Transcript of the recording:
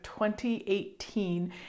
2018